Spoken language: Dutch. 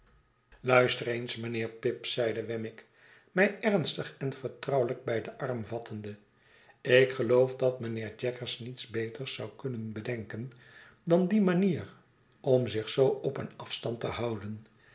luister eens mijnheer pip zeide wemmick mij ernstig en vertrouwelijk bij den arm vattende ik geloof dat mijnheer jaggers niets beters zou kunnen bedenken dan die manier om zich zoo op een afstand te houden